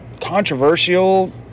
controversial